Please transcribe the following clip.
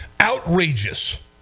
Outrageous